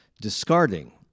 discarding